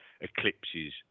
eclipses